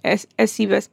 es esybės